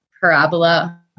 parabola